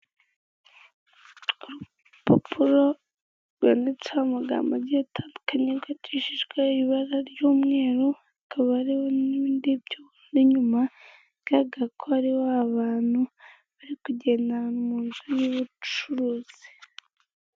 Urupapuro rwanditseho amagambo agiye atandukanye rwandikishiijwe ibara ry'umweru, hakaba hariho n'ibindi by'ubururu inyuma, bigaraga ko hariho abantu bari kugenda mu nzu y'ubucuruzi.